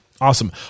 Awesome